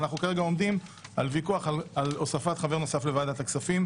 אנחנו כרגע עומדים בוויכוח על הוספת חבר נוסף לוועדת הכספים.